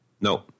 No